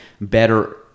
better